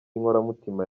inkoramutima